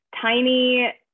tiny